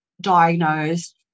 diagnosed